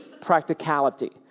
practicality